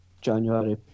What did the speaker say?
January